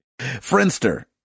Friendster